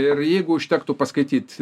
ir jeigu užtektų paskaityt